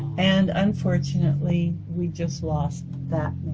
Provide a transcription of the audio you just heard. and unfortunately, we just lost that